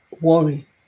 worry